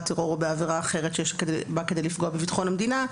טרור או בעבירה אחרת שיש בה כדי לפגוע בביטחון המדינה.